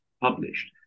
published